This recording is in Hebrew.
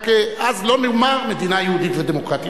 רק אז לא נאמר "מדינה יהודית ודמוקרטית",